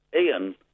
Ian